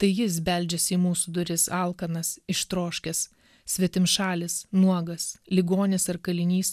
tai jis beldžiasi į mūsų duris alkanas ištroškęs svetimšalis nuogas ligonis ar kalinys